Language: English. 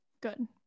Good